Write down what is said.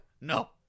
No